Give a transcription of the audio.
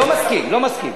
לא מסכים.